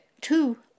two